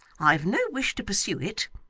i have no wish to pursue it.